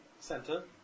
Center